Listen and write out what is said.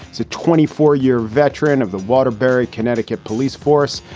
the twenty four year veteran of the waterbury, connecticut police force.